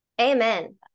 Amen